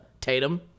Tatum